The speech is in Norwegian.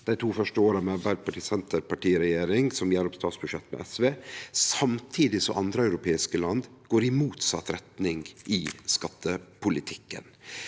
dei to første åra med Arbeidarparti–Senterparti-regjeringa, som gjer opp statsbudsjettet med SV, samtidig som andre europeiske land går i motsett retning i skattepolitikken.